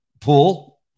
pool